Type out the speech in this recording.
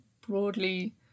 broadly